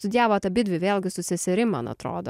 studijavot abidvi vėlgi su seserim man atrodo